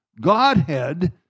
Godhead